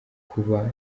kuba